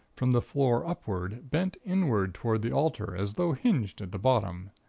from the floor upward, bent inward toward the altar, as though hinged at the bottom.